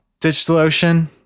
DigitalOcean